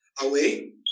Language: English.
away